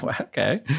okay